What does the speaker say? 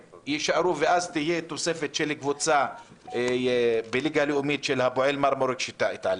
ואז תהיה תוספת של קבוצה בליגה לאומית של הפועל מרמורק שתעלה,